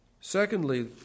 Secondly